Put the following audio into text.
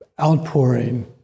outpouring